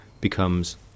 becomes